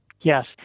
Yes